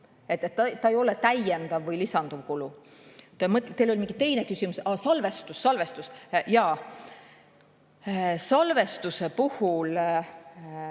See ei ole täiendav või lisanduv kulu. Teil oli mingi teine küsimus ka ... Aa, salvestus. Salvestuse puhul